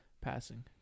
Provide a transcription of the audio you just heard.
passing